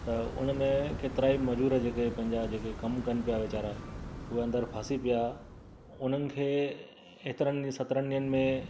त हुन में केतिरा ई मज़ूर जेके पंहिंजा जेके कमु कनि पिया वीचारा उहा अंदरि फासी पिया उन्हनि खे एतिरनि सतरनि ॾींहंनि में